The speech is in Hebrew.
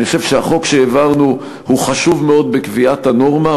אני חושב שהחוק שהעברנו הוא חשוב מאוד בקביעת הנורמה,